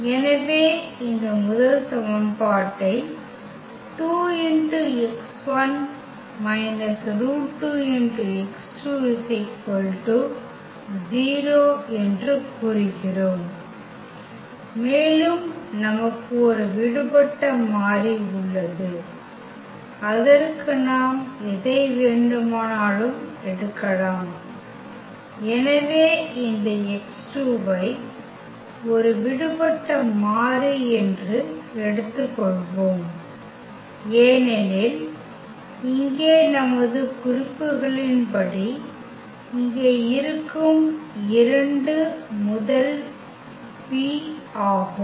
எனவே இந்த முதல் சமன்பாட்டை 2 x1 − √2x2 0 என்று கூறுகிறோம் மேலும் நமக்கு ஒரு விடுபட்ட மாறி உள்ளது அதற்கு நாம் எதை வேண்டுமானாலும் எடுக்கலாம் எனவே இந்த x2 ஐ ஒரு விடுபட்ட மாறி என்று எடுத்துக்கொள்வோம் ஏனெனில் இங்கே நமது குறிப்புகளின்படி இங்கே இருக்கும் இரண்டும் முதல் பி ஆகும்